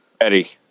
Eddie